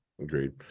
Agreed